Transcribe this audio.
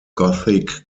gothic